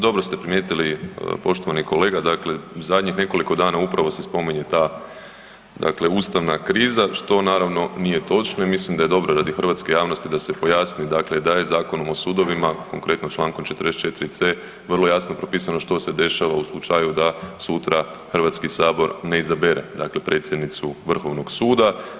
Dobro ste primijetili poštovani kolega, dakle u zadnjih nekoliko dana upravo se spominje ta dakle ustavna kriza, što naravno nije točno i mislim da je dobro radi hrvatske javnosti da se pojasni dakle da je Zakonom o sudovima, konkretno čl. 44.c. vrlo jasno propisano što se dešava u slučaju da sutra HS ne izabere dakle predsjednicu vrhovnog suda.